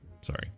Sorry